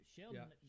Sheldon